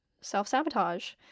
self-sabotage